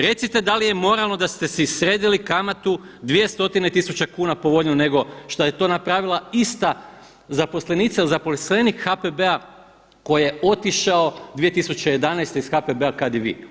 Recite da li je moralno da ste si sredili kamatu 200 tisuće kuna povoljniju nego šta je to napravila ista zaposlenica ili zaposlenik HPB-a koji je otišao 2011. iz HPB-a kada i vi?